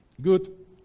Good